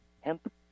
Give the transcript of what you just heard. hemp